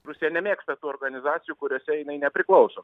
rusija nemėgsta tų organizacijų kuriose jinai nepriklauso